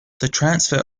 transfer